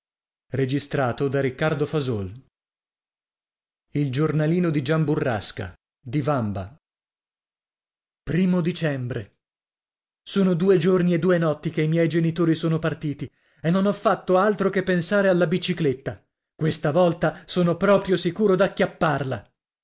e io a ora a era dicembre sono due giorni e due notti che i miei genitori sono partiti e non ho fatto altro che pensare alla bicicletta questa volta sono proprio sicuro d'acchiapparla